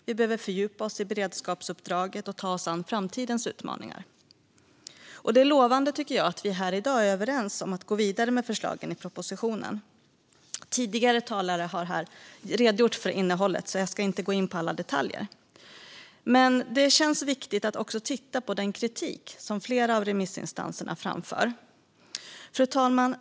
Vi behöver fördjupa oss i beredskapsuppdraget och ta oss an framtidens utmaningar. Det är lovande, tycker jag, att vi här i dag är överens om att gå vidare med förslagen i propositionen. Tidigare talare har redogjort för innehållet, så jag ska inte gå in på alla detaljer. Men det känns viktigt att också titta på den kritik som flera av remissinstanserna framför. Fru talman!